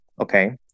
okay